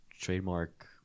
Trademark